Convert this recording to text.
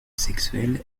sexuel